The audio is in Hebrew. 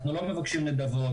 אנחנו לא מבקשים נדבות,